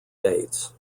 dates